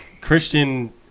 Christian